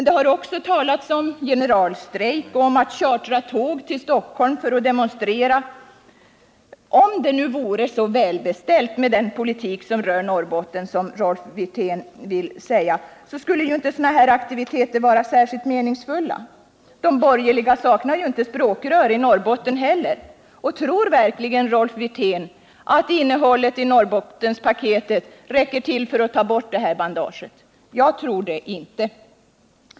Det har också talats om generalstrejk och om att chartra tåg till Stockholm för att demonstrera. Om det nu vore så välbeställt med den politik som rör Norrbotten som Rolf Wirtén vill göra gällande, så skulle sådana här aktioner inte vara särskilt meningsfulla. De borgerliga saknar ju inte heller språkrör i Norrbotten. Tror verkligen Rolf Wirtén att innehållet i Norrbottenspaketet räcker till för att ta bort det här bandaget? Jag tror det inte.